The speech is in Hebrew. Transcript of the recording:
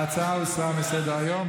ההצעה הוסרה מסדר-היום.